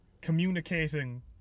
Communicating